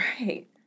right